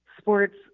sports